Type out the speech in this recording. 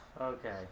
Okay